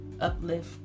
uplift